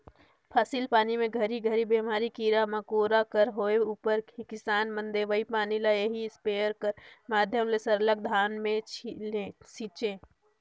फसिल पानी मे घरी घरी बेमारी, कीरा मकोरा कर होए उपर किसान मन दवई पानी ल एही इस्पेयर कर माध्यम ले सरलग धान मे छीचे